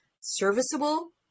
serviceable